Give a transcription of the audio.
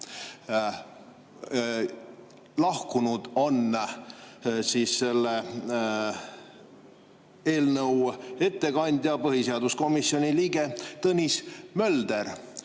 Lahkunud on selle eelnõu ettekandja, põhiseaduskomisjoni liige Tõnis Mölder